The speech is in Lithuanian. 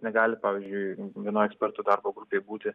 negali pavyzdžiui vienoj ekspertų darbo grupėj būti